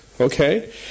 okay